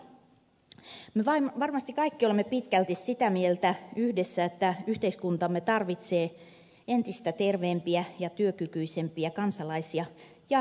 me kaikki varmasti olemme pitkälti sitä mieltä että yhteiskuntamme tarvitsee entistä terveempiä ja työkykyisempiä kansalaisia ja työntekijöitä